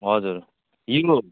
हजुर